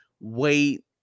wait